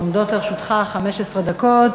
עומדות לרשותך 15 דקות.